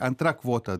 antra kvota